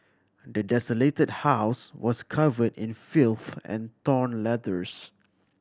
the desolated house was covered in filth and torn letters